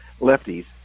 lefties